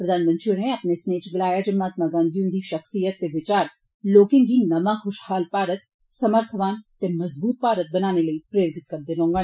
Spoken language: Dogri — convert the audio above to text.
प्रधानमंत्री मोदी होरें अपने स्नेह इच गलाया जे महात्मा गांधी हन्दी शखसियत ते विचार लोकें गी नमां ख्शहाल भारत समर्थवान ते मजबूत भारत बनाने लेई प्रेरित करदे रौडन